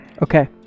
Okay